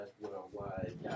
worldwide